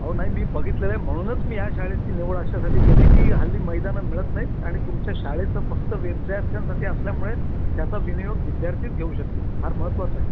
अहो नाही मी बघितलेलं आहे म्हणूनच मी ह्या शाळेची निवड अशासाठी केली की हल्ली मैदानं मिळत नाहीत आणि तुमच्या शाळेचं फक्त विद्यार्थ्यांसाठी असल्यामुळे त्याचा विनियोग विद्यार्थीच घेऊ शकतील फार महत्त्वाचं आहे